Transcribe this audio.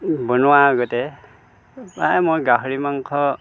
বনোৱা আগতে প্ৰায় মই গাহৰি মাংস